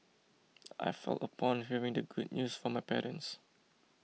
I felt upon hearing the good news from my parents